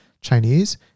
chinese